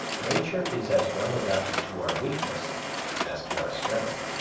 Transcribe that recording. nature is as well adapted to our weakness as to our strength.